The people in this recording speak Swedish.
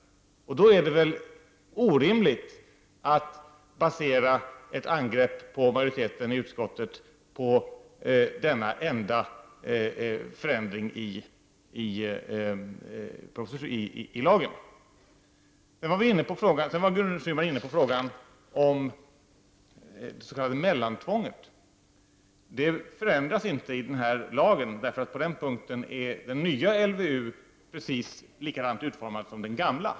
Då är det väl orimligt att basera ett angrepp på majoriteten i utskottet på denna enda förändring i lagen. Gudrun Schyman var även inne på frågan om det s.k. mellantvånget. Det förändras inte i denna lag. På den punkten är den nya LVU precis likadant utformad som den gamla.